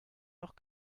noch